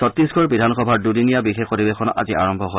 চ্চীছগড্ বিধানসভাৰ দুদিনীয়া বিশেষ অধিবেশন আজি আৰম্ভ হয়